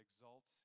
exalts